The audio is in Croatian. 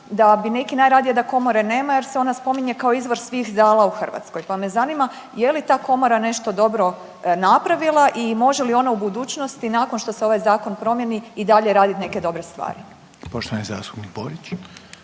da bi neki najradije da Komore nema jer se ona spominje kao izvor svih zala u Hrvatskoj. Pa me zanima je li ta Komora nešto dobro napravila i može li ona u budućnosti nakon što se ovaj zakon promijeni i dalje raditi neke dobre stvari? **Reiner,